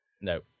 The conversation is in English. No